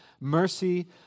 mercy